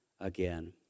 again